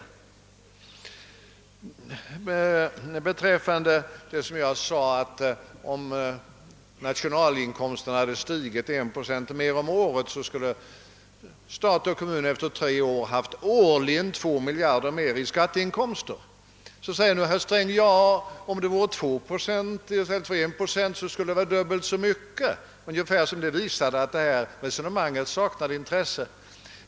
Jag framhöll att om nationalinkomsten hade stigit en procent mer om året skulle stat och kommun efter tre år ha haft årligen två miljarder kronor mer i skatteinkomster. Härom säger nu herr Sträng: »Ja, om den hade stigit med två procent skulle det blivit dubbelt så mycket» — ungefär som om det skulle visa att resonemanget saknar intresse.